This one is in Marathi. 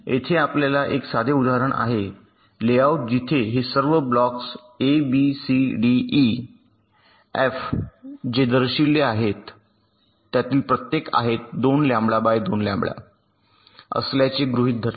येथे आपल्या एक साधे उदाहरण आहे लेआउट जिथे हे सर्व blocks A B C D E F जे दर्शविलेले आहेत त्यातील प्रत्येक आहेत 2 लँबडा बाय 2 लँबडा असल्याचे गृहित धरले